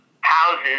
houses